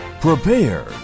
Prepare